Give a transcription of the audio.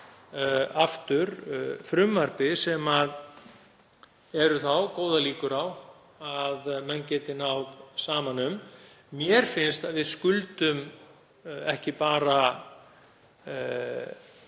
aftur frumvarpi sem eru þá góðar líkur á að menn geti náð saman um. Mér finnst að við skuldum ekki bara